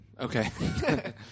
okay